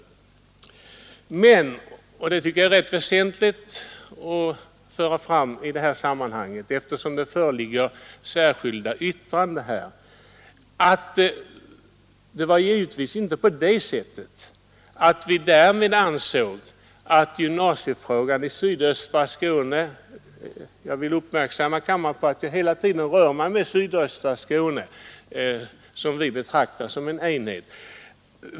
Givetvis ansåg vi inte — och det tycker jag är mycket väsentligt att föra fram i det här sammanhanget, eftersom det föreligger ett särskilt yttrande — att gymnasiefrågan i sydöstra Skåne därmed var löst; jag vill göra kammaren uppmärksam på att det hela tiden rör sig om sydöstra Skåne, som vi betraktar som en enhet.